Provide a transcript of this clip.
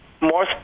more